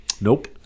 nope